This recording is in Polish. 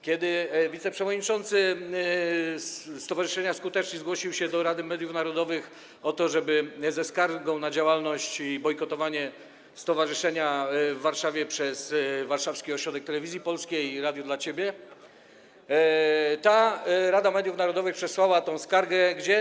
Kiedy wiceprzewodniczący stowarzyszenia skutecznie zgłosił się do Rady Mediów Narodowych ze skargą na działalność i bojkotowanie stowarzyszenia w Warszawie przez warszawski ośrodek Telewizji Polskiej i Radio dla Ciebie, ta Rada Mediów Narodowych przesłała tę skargę gdzie?